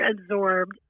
absorbed